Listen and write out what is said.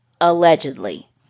Allegedly